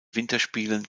winterspielen